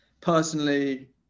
personally